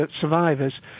survivors